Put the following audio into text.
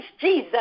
Jesus